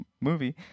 movie